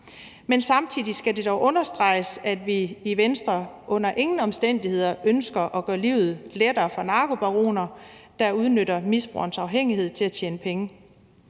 men samtidig skal det dog understreges, at vi i Venstre under ingen omstændigheder ønsker at gøre livet lettere for narkobaroner, der udnytter misbrugerens afhængighed til at tjene penge.